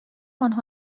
آنها